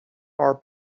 are